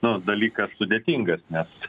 nu dalykas sudėtingas nes